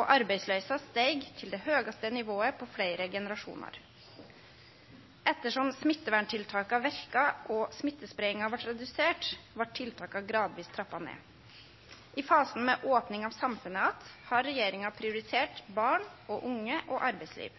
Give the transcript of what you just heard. og arbeidsløysa steig til det høgaste nivået på fleire generasjonar. Etter som smitteverntiltaka verka og smittespreiinga vart redusert, vart tiltaka gradvis trappa ned. I fasen med opning av samfunnet att har regjeringa prioritert barn og unge og arbeidsliv.